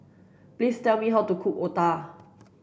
please tell me how to cook Otah